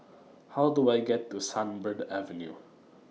How Do I get to Sunbird Avenue